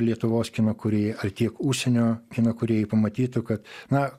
lietuvos kino kūrėjai ar tiek užsienio kino kūrėjai pamatytų kad na